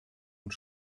und